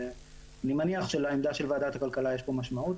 ואני מניח שלעמדה של ועדת הכלכלה יש פה משמעות,